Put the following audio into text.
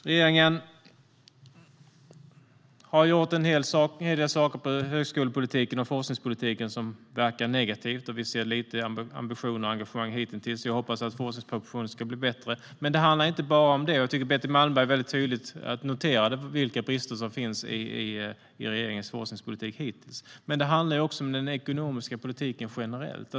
Regeringen har gjort en hel del saker i högskolepolitiken och forskningspolitiken som verkar negativt, och vi ser lite ambitioner och ett lågt engagemang hitintills. Jag hoppas att forskningspropositionen ska bli bättre. Men det handlar inte bara om det - jag tycker att Betty Malmberg tydligt noterade de brister som finns i regeringens forskningspolitik hittills - utan det handlar också om den ekonomiska politiken generellt.